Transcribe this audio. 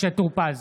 משה טור פז,